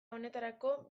honetarako